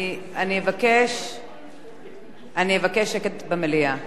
אני אבקש שקט במליאה.